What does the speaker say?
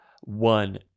one